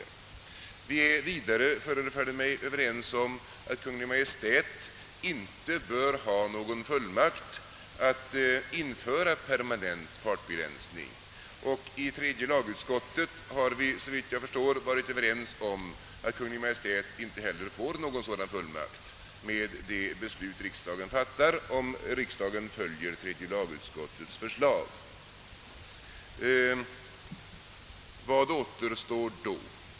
Vidare är vi, förefaller det mig, överens om att Kungl. Maj:t inte bör ha någon fullmakt att införa permanent fartbegränsning, och i tredje lagutskottet har vi varit överens om att Kungl. Maj:t inte heller får någon sådan fullmakt, om riksdagen fattar beslut i enlighet med tredje lagutskottets förslag. Vad återstår då?